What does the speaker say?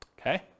okay